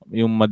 yung